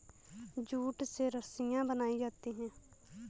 jute से रस्सियां बनायीं जाती है